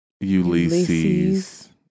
Ulysses